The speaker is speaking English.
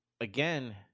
again